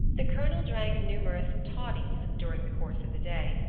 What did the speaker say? the colonel drank numerous toddies during the course of the day,